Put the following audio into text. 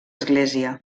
església